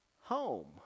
home